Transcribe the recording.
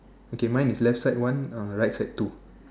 okay mine is left side one right side two